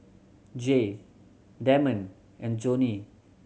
Jay Damond and Joni